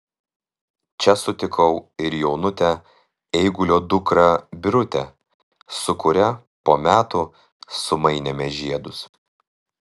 čia sutikau ir jaunutę eigulio dukrą birutę su kuria po metų sumainėme žiedus